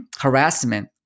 harassment